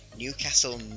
Newcastle